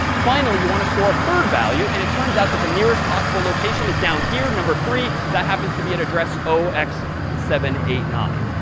finally, you want to store third value. and it turns out that the nearest possible location is down here, number three. that happens to be at address zero x seven eight nine.